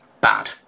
Bad